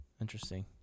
interesting